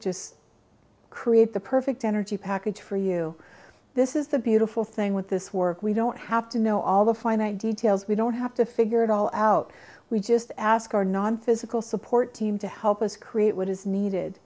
just create the perfect energy package for you this is the beautiful thing with this work we don't have to know all the finite details we don't have to figure it all out we just ask our nonphysical support team to help us create what is needed